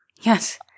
Yes